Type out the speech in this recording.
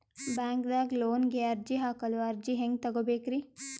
ಬ್ಯಾಂಕ್ದಾಗ ಲೋನ್ ಗೆ ಅರ್ಜಿ ಹಾಕಲು ಅರ್ಜಿ ಹೆಂಗ್ ತಗೊಬೇಕ್ರಿ?